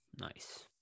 nice